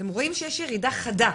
אתם רואים שיש ירידה חדה,